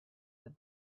that